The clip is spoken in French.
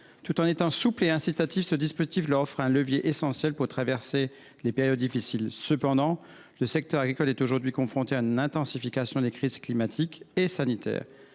Tout en étant souple et incitatif, ce dispositif leur offre un levier essentiel pour traverser les périodes difficiles. Toutefois, le secteur agricole est confronté à une intensification desdites crises. Ces épisodes